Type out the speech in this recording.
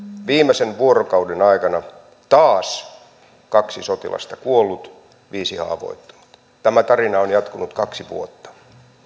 viimeisen vuorokauden aikana taas kaksi sotilasta kuollut viisi haavoittunut tämä tarina on jatkunut kaksi vuotta